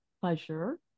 pleasure